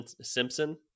Simpson